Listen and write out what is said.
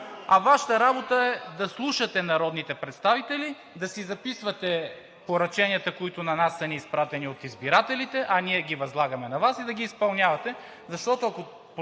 а Вашата работа е да слушате народните представители, да си записвате поръченията, които на нас са ни изпратени от избирателите, а ние ги възлагаме на Вас, и да ги изпълнявате,